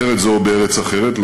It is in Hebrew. בארץ זו או בארץ אחרת,